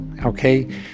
Okay